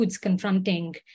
confronting